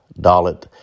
Dalit